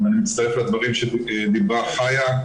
אני מצטרף לדברים שאמרה חיה,